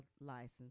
license